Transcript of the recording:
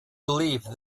believed